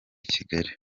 kigali